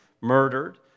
murdered